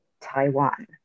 Taiwan